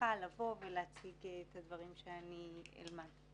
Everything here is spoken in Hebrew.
מבטיחה לבוא ולהציג את הדברים שאני אלמד.